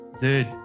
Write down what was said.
dude